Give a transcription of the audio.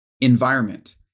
environment